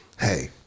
hey